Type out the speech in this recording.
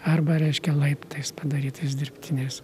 arba reiškia laiptais padarytais dirbtiniais